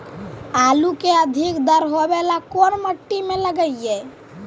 आलू के अधिक दर होवे ला कोन मट्टी में लगीईऐ?